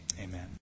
amen